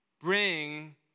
bring